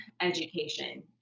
education